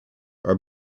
our